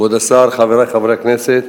כבוד השר, חברי חברי הכנסת,